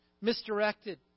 misdirected